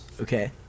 Okay